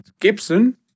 Gibson